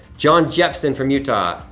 john jepson from utah.